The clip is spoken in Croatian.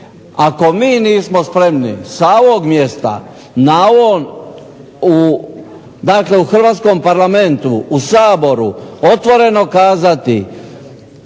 Ako mi nismo spremni sa ovog mjesta, na ovom, dakle u hrvatskom Parlamentu, u Saboru otvoreno kazati